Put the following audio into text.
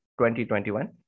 2021